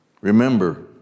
Remember